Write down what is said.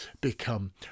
become